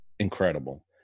Incredible